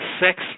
sex